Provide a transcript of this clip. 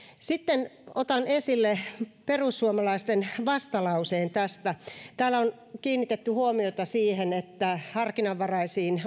sitten otan esille perussuomalaisten vastalauseen tästä täällä on kiinnitetty huomiota siihen että harkinnanvaraisiin